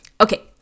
okay